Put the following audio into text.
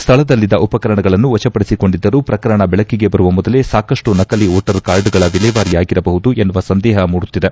ಸ್ಥಳದಲ್ಲಿದ್ದ ಉಪಕರಣಗಳನ್ನು ವಶಪಡಿಸಿಕೊಂಡಿದ್ದರೂ ಪ್ರಕರಣ ದೆಳಕಿಗೆ ಬರುವ ಮೊದಲೇ ಸಾಕಷ್ಟು ನಕಲಿ ವೋಟರ್ ಕಾರ್ಡ್ಗಳ ವಿಲೇವಾರಿಯಾಗಿರಬಹುದು ಎನ್ನುವ ಸಂದೇಹ ಮೂಡುತ್ತಿದೆ